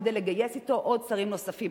כדי לגייס אתו עוד שרים נוספים.